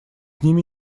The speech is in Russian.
ними